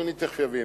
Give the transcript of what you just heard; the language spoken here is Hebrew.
אדוני תיכף יבין.